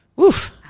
Oof